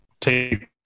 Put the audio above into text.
take